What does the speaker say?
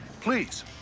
please